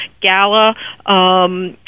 gala